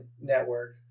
network